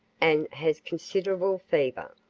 and has considerable fever.